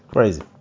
crazy